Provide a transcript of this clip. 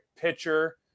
pitcher